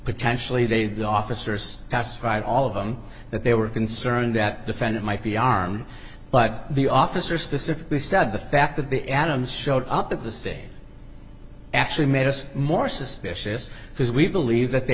potentially they the officers classified all of them that they were concerned that defendant might be armed but the officer specifically said the fact that the atoms showed up at the se actually made us more suspicious because we believe that they